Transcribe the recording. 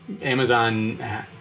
Amazon